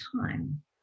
time